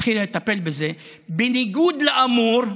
התחילה לטפל בזה: בניגוד לאמור,